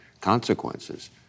consequences